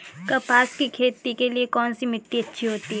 कपास की खेती के लिए कौन सी मिट्टी अच्छी होती है?